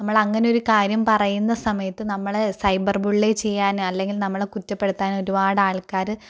നമ്മൾ അങ്ങനെ ഒരു കാര്യം പറയുന്ന സമയത്ത് നമ്മളെ സൈബർ ബുള്ളെ ചെയ്യാൻ അല്ലെങ്കിൽ നമ്മളെ കുറ്റപ്പെടുത്താൻ ഒരുപാട് ആൾക്കാര്